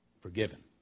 Forgiven